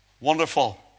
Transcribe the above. Wonderful